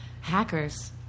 Hackers